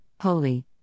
holy